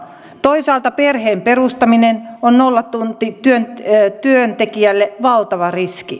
toisaalta perheen perustaminen on nollatuntityöntekijälle valtava riski